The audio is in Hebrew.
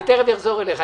אני תיכף אחזור אליך,